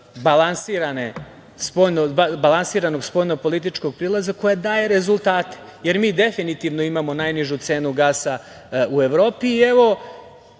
balansiranog spoljnopolitičkog prilaza koja daje rezultate. Mi definitivno imamo najnižu cenu gasa u Evropi. Čim